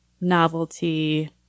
novelty